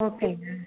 ஓகேங்க